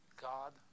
God